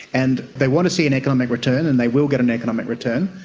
and they want to see an economic return and they will get an economic return,